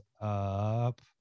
up